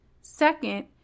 Second